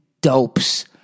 dopes